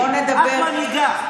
את מנהיגה.